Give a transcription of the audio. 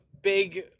big